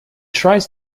tries